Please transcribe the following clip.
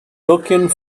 looking